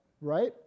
right